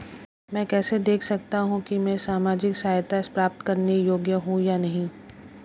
मैं कैसे देख सकता हूं कि मैं सामाजिक सहायता प्राप्त करने योग्य हूं या नहीं?